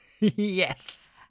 Yes